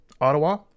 Ottawa